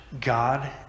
God